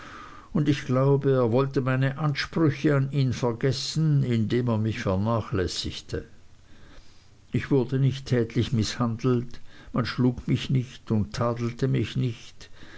und ich glaube er wollte meine ansprüche an ihn vergessen indem er mich vernachlässigte ich wurde nicht tätlich mißhandelt man schlug mich nicht und tadelte mich nicht